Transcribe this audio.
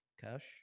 cash